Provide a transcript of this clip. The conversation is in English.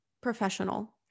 professional